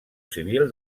civil